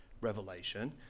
revelation